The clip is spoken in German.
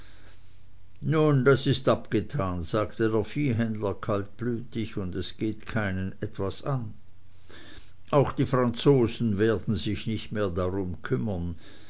nun das ist abgetan sagte der viehhändler kaltblütig und es geht keinen etwas an auch die franzosen werden sich nicht mehr darum kümmern